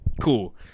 cool